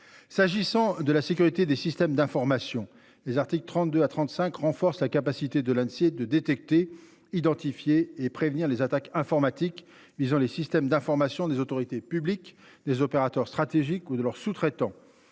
S'agissant de la sécurité des systèmes d'information. Les articles 32 à 35, renforce la capacité de lancer de détecter identifier et prévenir les attaques informatiques visant les systèmes d'information des autorités publiques des opérateurs stratégique ou de leurs sous-traitants